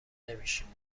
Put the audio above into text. نمیشیم